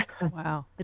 Wow